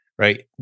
Right